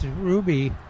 Ruby